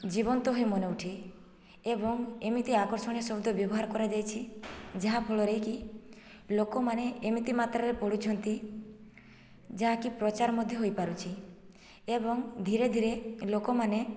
ଜୀବନ୍ତ ହିଁ ମନେ ଉଠେ ଏବଂ ଏମିତି ଆକର୍ଷଣୀୟ ଶବ୍ଦ ବ୍ୟବହାର କରାଯାଇଛି ଯାହାଫଳରେକି ଲୋକମାନେ ଏମିତି ମାତ୍ରାରେ ପଢ଼ୁଛନ୍ତି ଯାହାକି ପ୍ରଚାର ମଧ୍ୟ ହୋଇପାରୁଛି ଏବଂ ଧୀରେ ଧୀରେ ଲୋକମାନେ